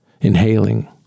inhaling